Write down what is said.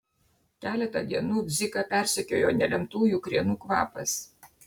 keletą dienų dziką persekiojo nelemtųjų krienų kvapas